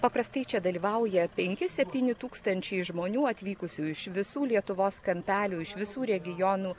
paprastai čia dalyvauja penki septyni tūkstančiai žmonių atvykusių iš visų lietuvos kampelių iš visų regionų